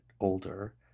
older